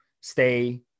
stay